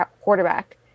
quarterback